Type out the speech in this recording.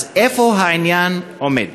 אז איפה העניין עומד?